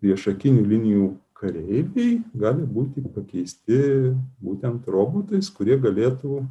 priešakinių linijų kareiviai gali būti pakeisti būtent robotais kurie galėtų